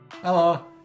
hello